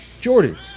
Jordans